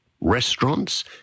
restaurants